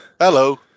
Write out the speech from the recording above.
Hello